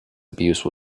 abuse